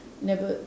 never